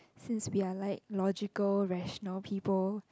since we are like logical rational people